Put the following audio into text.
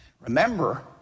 Remember